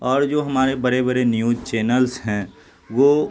اور جو ہمارے بڑے بڑے نیوز چیلنس ہیں وہ